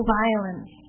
violence